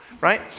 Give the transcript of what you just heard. right